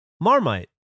Marmite